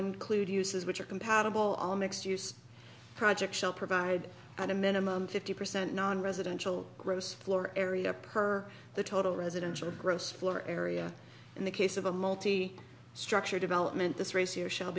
include uses which are compatible all mixed use project shall provide at a minimum fifty percent nonresidential gross floor area per the total residential gross floor area in the case of a multi structure development this racier shall